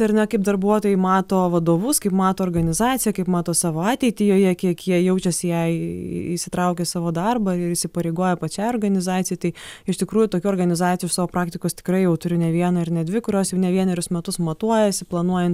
ar ne kaip darbuotojai mato vadovus kaip mato organizaciją kaip mato savo ateitį joje kiek jie jaučiasi jei įsitraukia į savo darbą ir įsipareigoja pačiai organizacijai tai iš tikrųjų tokių organizacijų iš savo praktikos tikrai jau turiu ne vieną ir ne dvi kurios jau ne vienerius metus matuojasi planuoja